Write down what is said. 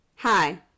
Hi